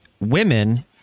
women